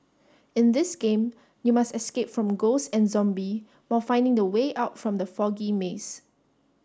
in this game you must escape from ghost and zombie while finding the way out from the foggy maze